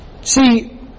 See